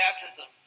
baptism